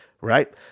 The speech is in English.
right